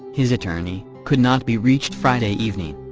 his attorney, could not be reached friday evening.